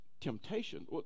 temptation